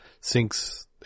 Sinks